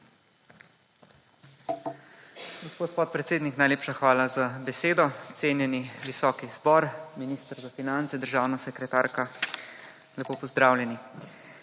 Gospod podpredsednik, najlepša hvala za besedo. Cenjeni visoki zbor, minister za finance, državna sekretarka, lepo pozdravljeni.